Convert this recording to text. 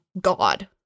God